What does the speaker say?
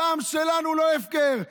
הדם שלנו לא הפקר.